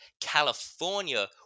California